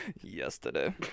yesterday